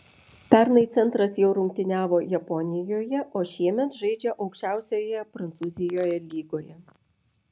pernai centras jau rungtyniavo japonijoje o šiemet žaidžia aukščiausioje prancūzijoje lygoje